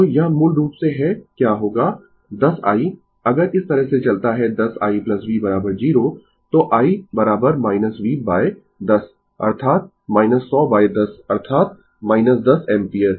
तो यह मूल रूप से है क्या होगा 10 i अगर इस तरह से चलता है 10 i v 0 तो i v 10 अर्थात 10010 अर्थात 10 एम्पीयर